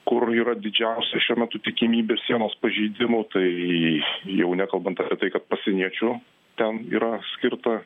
kur yra didžiausia šiuo metu tikimybė sienos pažeidimų tai jau nekalbant apie tai kad pasieniečių ten yra skirta